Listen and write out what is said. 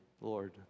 Lord